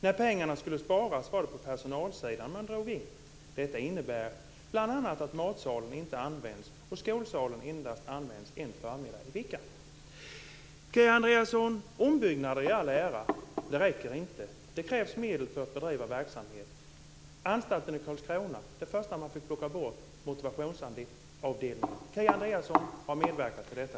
När pengar skulle sparas var det på personalsidan man drog in. Detta innebär bl.a. att matsalen inte används och skolsalen endast används en förmiddag i veckan." Kia Andreasson! Ombyggnad i all ära - det räcker inte. Det krävs mer för att bedriva verksamhet. Det första man fick plocka bort på anstalten i Karlskrona var motionsavdelningen. Kia Andreasson har medverkat till detta.